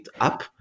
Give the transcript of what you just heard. up